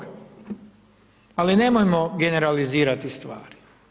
Ali nemojmo generalizirati stvar.